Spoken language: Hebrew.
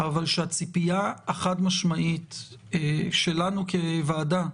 אבל שהציפייה החד-משמעית שלנו, כוועדה,